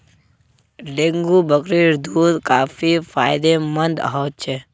dengue बकरीर दूध काफी फायदेमंद ह छ